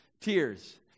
tears